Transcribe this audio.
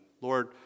Lord